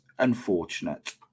unfortunate